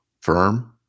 firm